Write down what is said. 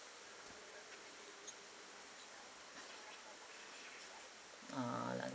ah langkawi